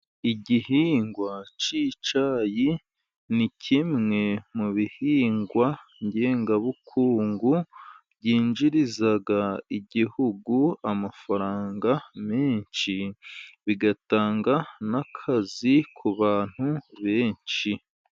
Igihingwa cy'icyayi ni kimwe mu bihingwa ngengabukungu byinjiriza igihugu amafaranga menshi. Bigatanga n'akazi ku bantu benshi.